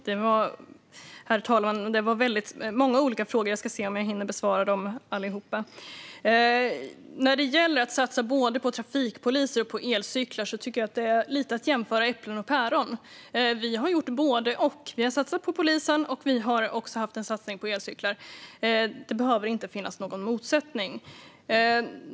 Herr talman! Det var många olika frågor. Jag ska se om jag hinner besvara allihop. När det gäller att satsa både på trafikpoliser och på elcyklar tycker jag att det lite är att jämföra äpplen och päron. Vi har gjort både och - vi har satsat på polisen, och vi har haft en satsning på elcyklar. Det behöver inte finnas någon motsättning.